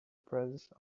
presence